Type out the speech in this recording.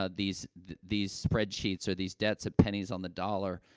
ah these these spreadsheets or these debts at pennies on the dollar,